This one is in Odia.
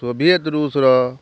ସୋଭିଏତ୍ ଋଷ୍ର